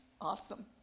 awesome